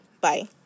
Bye